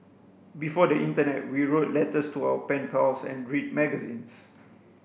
before the internet we wrote letters to our pen pals and read magazines